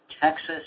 Texas